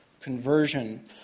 conversion